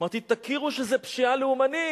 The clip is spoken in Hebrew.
אמרתי: תכירו שזו פשיעה לאומנית,